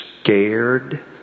scared